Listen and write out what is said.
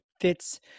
fits